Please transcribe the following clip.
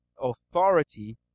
authority